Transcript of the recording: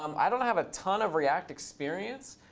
um i don't have a ton of react experience.